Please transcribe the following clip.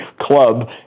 club